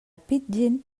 pidgin